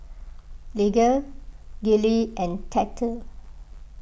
Lige Gillie and Tate